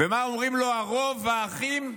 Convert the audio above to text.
ומה אומרים לו הרוב, האחים?